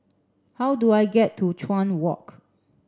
how do I get to Chuan Walk